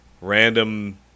random